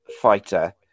fighter